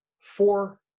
four